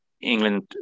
England